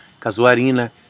Casuarina